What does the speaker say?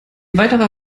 weiterer